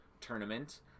tournament